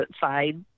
side